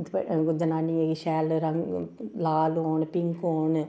जनानियें गी शैल रंग लाल होन पिंक होन